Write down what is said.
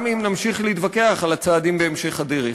גם אם נמשיך להתווכח על הצעדים בהמשך הדרך.